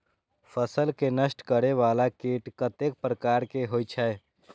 फसल के नष्ट करें वाला कीट कतेक प्रकार के होई छै?